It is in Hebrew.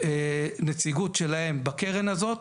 נציגות שלהם בקרן הזאת,